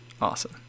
Awesome